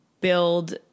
build